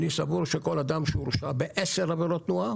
אני סבור שכל אדם שהורשע בעשר עבירות תנועה,